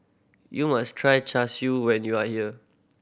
you must try Char Siu when you are here